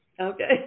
okay